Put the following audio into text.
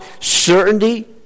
certainty